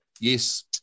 Yes